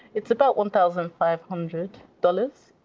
it's about one thousand five hundred dollars,